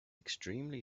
extremely